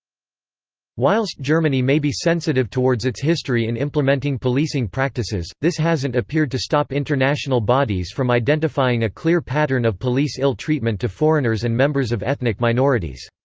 whilst germany may be sensitive towards its history in implementing policing practices, this hasn't appeared to stop international bodies from identifying a clear pattern of police ill-treatment to foreigners and members of ethnic minorities.